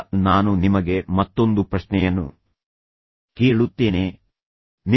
ಈಗ ನಾನು ನಿಮಗೆ ಮತ್ತೊಂದು ಪ್ರಶ್ನೆಯನ್ನು ಕೇಳುತ್ತೇನೆಃ ನಿಮ್ಮ ದಿನ ಹೇಗಿತ್ತು